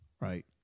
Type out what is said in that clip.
right